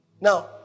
now